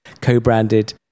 co-branded